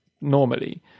normally